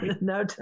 No